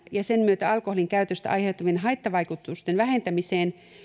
ja sen myötä alkoholin käytöstä aiheutuvien haittavaikutusten vähentämisessä